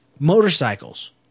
motorcycles